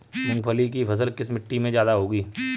मूंगफली की फसल किस मिट्टी में ज्यादा होगी?